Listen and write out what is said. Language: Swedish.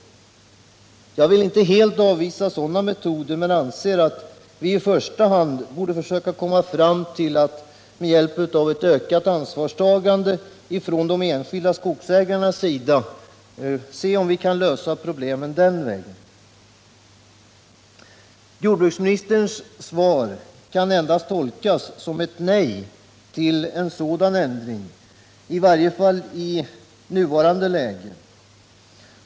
Jag vill inte helt avvisa sådana metoder men anser att vi i första hand bör försöka med ett ökat ansvarstagande från de enskilda skogsägarnas sida och se om vi kan lösa problemen den vägen. Jordbruksministerns svar kan endast tolkas som ett nej till en sådan ändring, i varje fall i nuvarande läge.